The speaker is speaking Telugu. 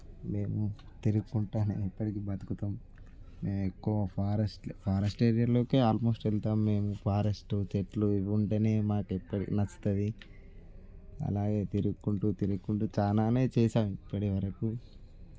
మేము తిరుగుతు ఉంటూ ఎప్పటికీ బతుకుతాం మేము ఎక్కువ ఫారెస్ట్ ఫారెస్ట్ ఏరియాలోకి ఆల్మోస్ట్ వెళ్తాము మేము ఫారెస్ట్ చెట్లు ఇవి ఉంటేనే మాకు నచ్చుతుంది అలాగే తిరుగుతూ ఉంటూ తిరుగుతూ ఉంటూ చాలానే చేసాము ఇప్పటివరకు